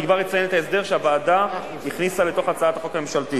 אני כבר אציין את ההסדר שהוועדה הכניסה לתוך הצעת החוק הממשלתית.